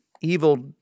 evil